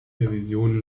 revisionen